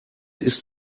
ist